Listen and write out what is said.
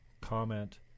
comment